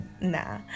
nah